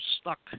stuck